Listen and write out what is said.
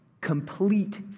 Complete